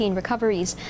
recoveries